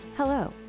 Hello